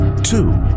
two